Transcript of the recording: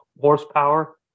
horsepower